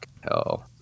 hell